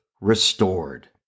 restored